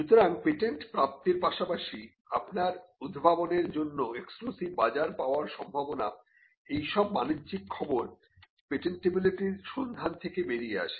সুতরাং পেটেন্ট প্রাপ্তির পাশাপাশি আপনার উদ্ভাবনের জন্য এসক্লুসিভ বাজার পাবার সম্ভাবনা এইসব বাণিজ্যিক খবর পেটেন্টিবিলিটি সন্ধান থেকে বেরিয়ে আসে